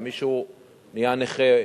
ומישהו נהיה נכה,